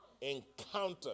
encounter